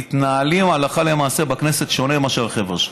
מתנהלים הלכה למעשה בכנסת שונה מאשר החבר'ה שלך.